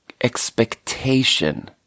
expectation